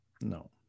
No